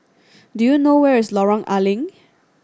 do you know where is Lorong A Leng